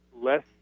less